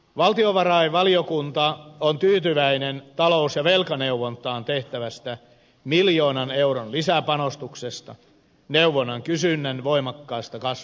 valtiovarainvaliokunta on tyytyväinen talous ja velkaneuvontaan tehtävästä miljoonan euron lisäpanostuksesta neuvonnan kysynnän voimakkaasta kasvusta johtuen